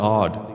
odd